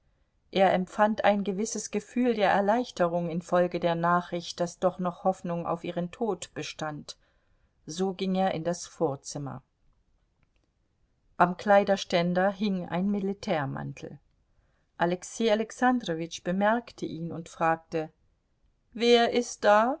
er empfand ein gewisses gefühl der erleichterung infolge der nachricht daß doch noch hoffnung auf ihren tod bestand so ging er in das vorzimmer am kleiderständer hing ein militärmantel alexei alexandrowitsch bemerkte ihn und fragte wer ist da